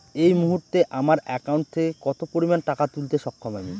এই মুহূর্তে আমার একাউন্ট থেকে কত পরিমান টাকা তুলতে সক্ষম আমি?